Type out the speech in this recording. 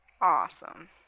Awesome